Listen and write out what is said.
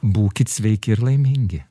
būkit sveiki ir laimingi